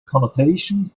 connotation